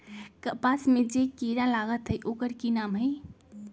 कपास में जे किरा लागत है ओकर कि नाम है?